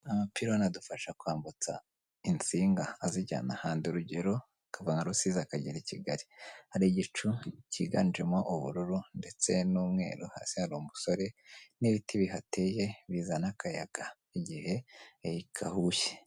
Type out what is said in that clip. Amapironi adufasha kwambutsa insinga azijyana ahandi. Urugero akava nka Rusizi akagera i Kigali. Hari igicu cyiganjemo ubururu ndetse n'umweru, hasi hari umusore n'ibiti bihateye bizana akayaga igihe gahushye.